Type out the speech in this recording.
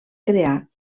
crear